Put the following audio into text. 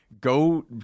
go